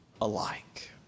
alike